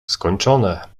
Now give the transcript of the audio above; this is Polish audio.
skończone